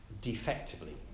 defectively